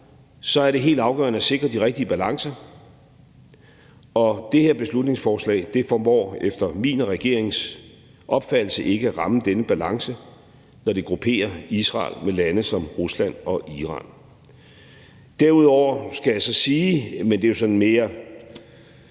er det helt afgørende at sikre de rigtige balancer, og det her beslutningsforslag formår efter min og regeringens opfattelse ikke at ramme denne balance, når det grupperer Israel med lande som Rusland og Iran. Derudover skal jeg så sige – men det er sådan mere